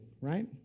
right